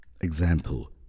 Example